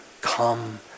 Come